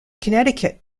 connecticut